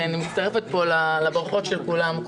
אני מצטרפת פה לברכות של כולם.